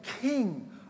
king